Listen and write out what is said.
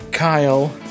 Kyle